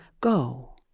Go